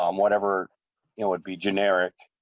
um whatever it would be generic.